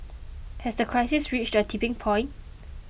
has the crisis reached a tipping point